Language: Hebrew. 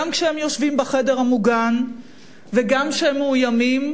גם כשהם יושבים בחדר המוגן וגם כשהם מאוימים,